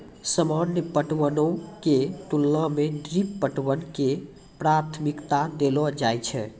सामान्य पटवनो के तुलना मे ड्रिप पटवन के प्राथमिकता देलो जाय छै